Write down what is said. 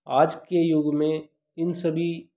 आज के युग में इन सभी